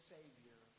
Savior